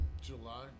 July